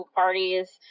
parties